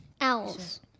Owls